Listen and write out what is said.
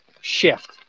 shift